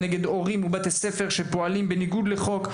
כנגד הורים וכנגד בתי ספר שפועלים בניגוד לחוק.